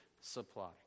supply